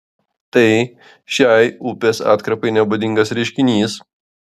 tai šiai upės atkarpai nebūdingas reiškinys